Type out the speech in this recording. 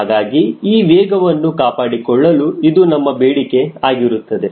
ಹೀಗಾಗಿ ಆ ವೇಗವನ್ನು ಕಾಪಾಡಿಕೊಳ್ಳಲು ಇದು ನಮ್ಮ ಬೇಡಿಕೆ ಆಗಿರುತ್ತದೆ